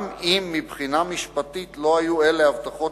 גם אם מבחינה משפטית לא היו אלה הבטחות